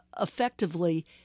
effectively